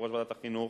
יושב-ראש ועדת החינוך,